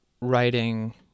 writing